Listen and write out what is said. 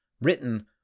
Written